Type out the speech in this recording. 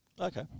Okay